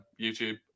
YouTube